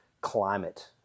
climate